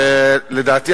ולדעתי,